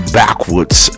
backwards